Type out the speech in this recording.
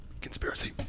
Conspiracy